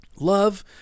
Love